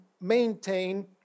maintain